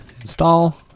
install